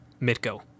Mitko